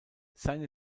seine